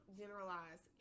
generalize